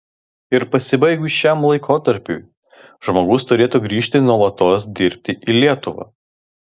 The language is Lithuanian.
ir pasibaigus šiam laikotarpiui žmogus turėtų grįžti nuolatos dirbti į lietuvą